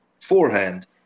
Forehand